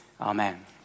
Amen